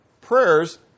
prayers